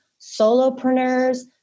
solopreneurs